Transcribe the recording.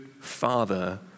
father